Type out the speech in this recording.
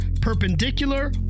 perpendicular